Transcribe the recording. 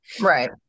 Right